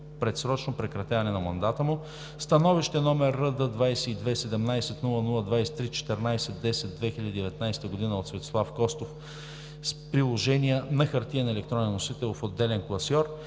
предсрочно прекратяване на мандата му. 29. Становище вх. № РД-22 17-00-23/14.10.2019 г. от Светослав Костов с приложения на хартиен и електронен носител (в отделен класьор).